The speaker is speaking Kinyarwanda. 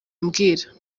ambwira